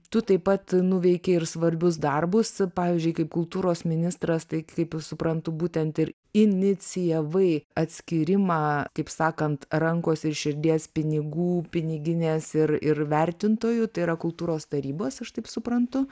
tu taip pat nuveikei ir svarbius darbus pavyzdžiui kaip kultūros ministras tai kaip suprantu būtent ir inicijavai atskyrimą kaip sakant rankos ir širdies pinigų piniginės ir ir vertintojų tai yra kultūros tarybos aš taip suprantu